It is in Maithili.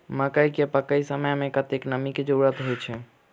मकई केँ पकै समय मे कतेक नमी केँ जरूरत होइ छै?